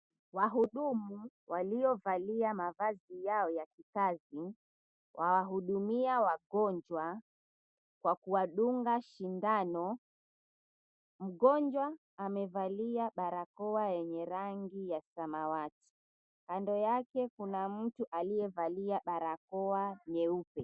Wahudumu waliovalia mavazi yao ya kikazi wanahudumia wagonjwa kwa kuwadunga shindano. Mgonjwa amevalia barakoa yenye rangi ya samawati, kando yake kuna mtu aliyevalia barakoa nyeupe.